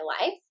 life